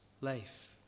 life